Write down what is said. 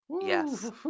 Yes